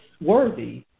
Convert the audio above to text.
worthy